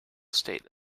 state